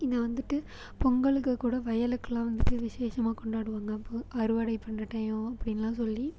இங்கே வந்துட்டு பொங்கலுக்கு கூட வயலுக்குலாம் வந்துட்டு விஷேஷமாக கொண்டாடுவாங்கள் அப்போது அறுவடை பண்ணுற டையோம் அப்படின்லாம் சொல்லி